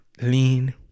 lean